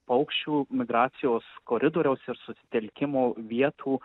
paukščių migracijos koridoriaus ir susitelkimo vietų